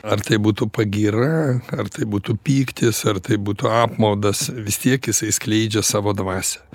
ar tai būtų pagyra ar tai būtų pyktis ar tai būtų apmaudas vis tiek jisai skleidžia savo dvasią